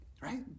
right